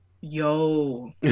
Yo